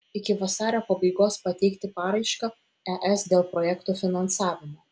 iki vasario pabaigos pateikti paraišką es dėl projekto finansavimo